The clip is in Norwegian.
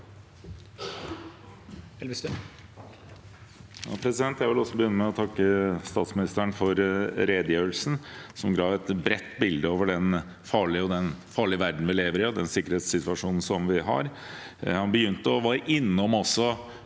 jeg vil begynne med å takke statsministeren for redegjørelsen, som ga et bredt bilde av den farlige verdenen vi lever i, og den sikkerhetssituasjonen vi har. Han var også